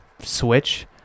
switch